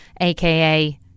aka